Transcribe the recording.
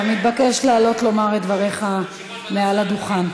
אתה מתבקש לעלות לומר את דבריך מעל הדוכן.